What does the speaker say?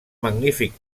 magnífic